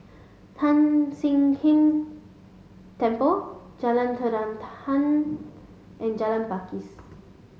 Tan Sian King Temple Jalan Terentang and Jalan Pakis